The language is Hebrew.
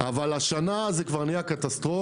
אבל השנה זה כבר נהיה קטסטרופה.